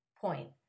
point